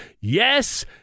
yes